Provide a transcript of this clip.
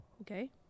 Okay